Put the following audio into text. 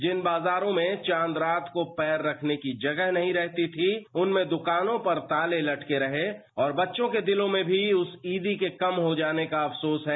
जिन बाजारों में चांद रात को पैर रखने की जगह नहीं रहती थी उनमें दुकानों पर ताले लटके रहे और और बच्चों के दिलों में भी उस ईदी के कम हो जाने का अफसोस है